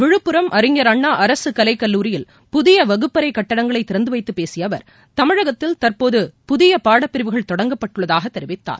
விழுப்புரம் அறிஞர் அண்ணா அரசு கலைக் கல்லூரியில் புதிய வகுப்பறை கட்டங்களைத் திறந்துவைத்துப் பேசிய அவர் தமிழகத்தில் தற்போது புதிய பாடப்பிரிவுகள் தொடங்கப்பட்டுள்ளதாகத் தெரிவித்தார்